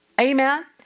Amen